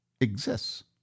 exists